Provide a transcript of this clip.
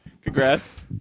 Congrats